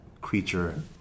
creature